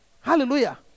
Hallelujah